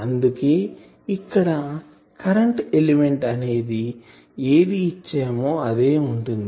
అందుకే ఇక్కడ current element అనేది ఏది ఇచ్చామో అదే వుంటుంది